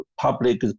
public